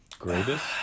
greatest